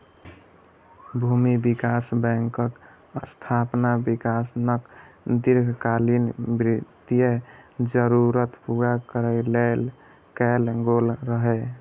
भूमि विकास बैंकक स्थापना किसानक दीर्घकालीन वित्तीय जरूरत पूरा करै लेल कैल गेल रहै